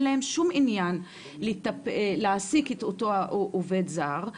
להם שום עניין להעסיק את אותו עובד זר,